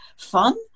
fun